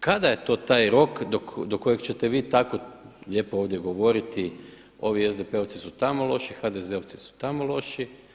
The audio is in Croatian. Kada je to taj rok do kojeg ćete vi tako lijepo ovdje govoriti ovi SDP-ovci su tamo loši, HDZ-ovci su tamo loši?